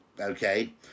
okay